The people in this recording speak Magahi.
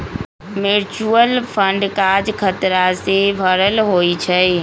म्यूच्यूअल फंड काज़ खतरा से भरल होइ छइ